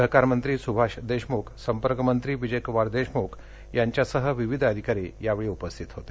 सहकारमंत्री सुभाष देशमुख संपर्क मंत्री विजयकुमार देशमुख यांच्यासह विविध अधिकारी यावेळी उपस्थित होते